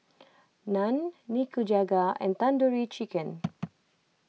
Naan Nikujaga and Tandoori Chicken